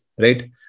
right